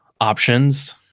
options